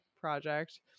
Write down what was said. project